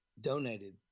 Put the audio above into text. donated